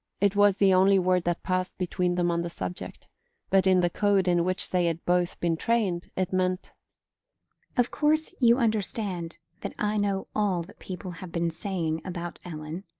it was the only word that passed between them on the subject but in the code in which they had both been trained it meant of course you understand that i know all that people have been saying about ellen,